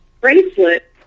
bracelet